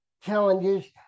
challenges